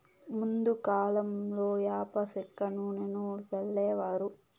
ముందు కాలంలో యాప సెక్క నూనెను సల్లేవారు